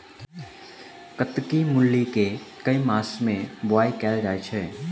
कत्की मूली केँ के मास मे बोवाई कैल जाएँ छैय?